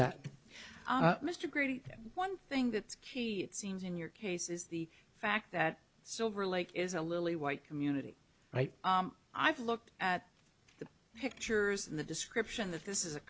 that mr grady one thing that's key seems in your case is the fact that silver lake is a little white community right i've looked at the pictures and the description that this is a